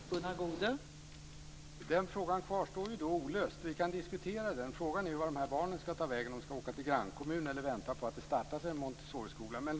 Fru talman! Den frågan kvarstår olöst. Vi kan diskutera den. Frågan är var barnen skall ta vägen. Skall de åka till grannkommunen eller vänta på att en Montessoriskola skall startas?